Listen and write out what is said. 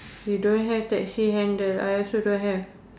you don't have taxi handle I also don't have